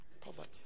Poverty